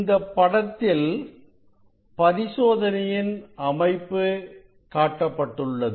இந்தப் படத்தில் பரிசோதனையின் அமைப்பு காட்டப்பட்டுள்ளது